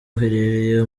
uherereye